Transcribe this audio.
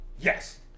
Yes